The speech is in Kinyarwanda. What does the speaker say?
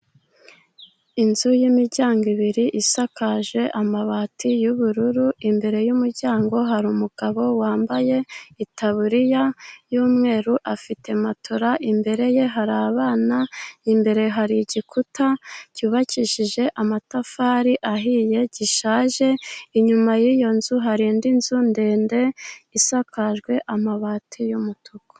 Inzu y'imiryango ibiri isakaje amabati y'ubururu, imbere y'umuryango hari umugabo wambaye itaburiya y'umweru, afite matora, imbere ye hari abana, imbere hari igikuta cyubakishije amatafari ahiye gishaje, inyuma y'iyo nzu hari inzu ndende isakajwe amabati y'umutuku.